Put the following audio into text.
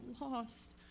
lost